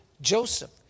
Joseph